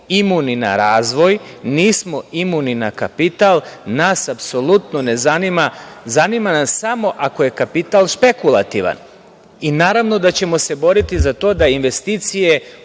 imuni na razvoj, nismo imuni na kapital, nas apsolutno ne zanima, zanima nas samo ako je kapital špekulativan. Naravno da ćemo se boriti za to da investiciju